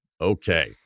okay